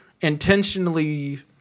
intentionally